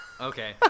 Okay